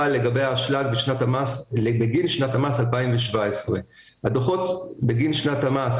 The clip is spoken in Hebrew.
החוק הוחל לגבי האשלג בגין שנת המס 2017. הדוחות בגין שנת המס